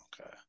okay